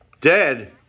dead